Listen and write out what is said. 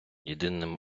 єдиним